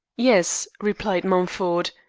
yes, replied mumford,